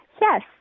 Yes